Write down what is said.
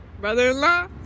brother-in-law